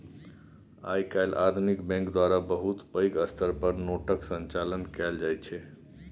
आइ काल्हि आधुनिक बैंक द्वारा बहुत पैघ स्तर पर नोटक संचालन कएल जाइत छै